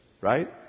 right